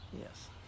yes